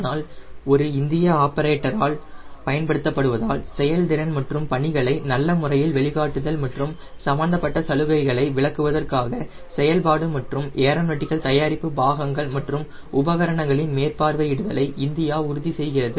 ஆனால் ஒரு இந்திய ஆபரேட்டரால் பயன்படுத்தப்படுவதால் செயல்திறன் மற்றும் பணிகளை நல்ல முறையில் வெளிக்காட்டுதல் மற்றும் சம்பந்தப்பட்ட சலுகைகளை விளக்குவதற்காக செயல்பாடு மற்றும் ஏரோநாட்டிக்கல் தயாரிப்பு பாகங்கள் மற்றும் உபகரணங்களின் மேற்பார்வையிடுதலை இந்தியா உறுதி செய்கிறது